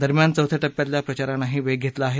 दरम्यान चौथ्या टप्प्यातल्या प्रचारानंही वेग घेतला आहे